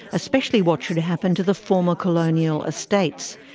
especially what should happen to the former colonial estates.